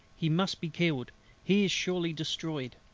he must be killed he is surely destroyed,